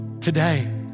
today